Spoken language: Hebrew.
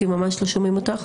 כי ממש לא שומעים אותך.